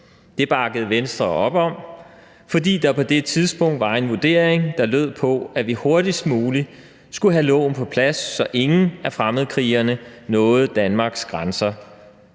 Det bakkede Venstre op om, fordi der på det tidspunkt var en vurdering, der lød, at vi hurtigst muligt skulle have loven på plads, så ingen af fremmedkrigerne nåede Danmarks grænser,